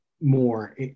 more